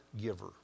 giver